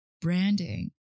branding